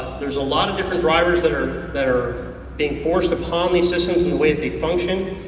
there's a lot of different dryers that are that are being forced upon these systems and the way that they function.